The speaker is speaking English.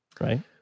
Right